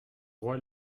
roi